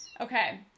Okay